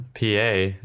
PA